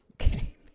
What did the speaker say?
Okay